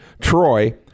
Troy